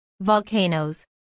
volcanoes